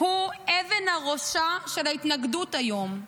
הוא אבן הראשה של ההתנגדות היום.